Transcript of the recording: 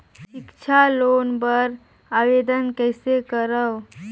सिक्छा लोन बर आवेदन कइसे करव?